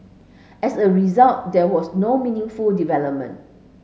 as a result there was no meaningful development